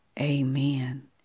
Amen